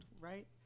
right